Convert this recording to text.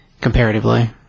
Comparatively